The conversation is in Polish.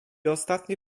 ostatni